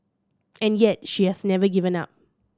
and yet she has never given up